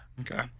Okay